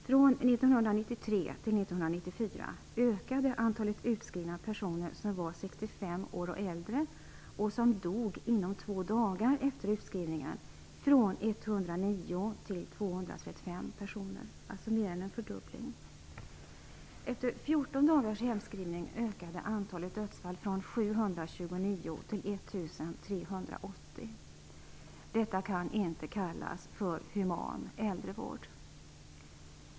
Från 1993 till 1994 ökade antalet utskrivna personer som var 65 år och äldre och som dog inom två dagar efter utskrivningen från 109 till 235 personer, alltså mer än en fördubbling. Efter 14 dagars hemskrivning ökade antalet dödsfall från 729 till 1 380. Detta kan inte kallas för human äldrevård.